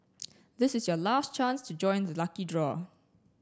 this is your last chance to join the lucky draw